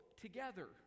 together